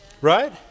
Right